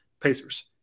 Pacers